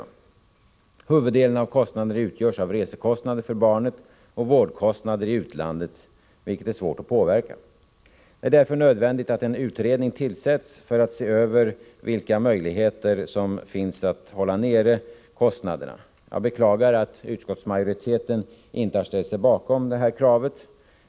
Huvuddelen av kostnaderna utgörs av resekostnader för barnet och vårdkostnader i utlandet, vilka är svåra att påverka. Det är därför nödvändigt att en utredning tillsätts för att se över vilka möjligheter som finns att hålla nere kostnaderna. Jag beklagar att utskottsmajoriteten inte har ställt sig bakom detta krav.